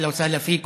אהלן וסהלן פיכום.